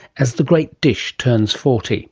as the great dish turns forty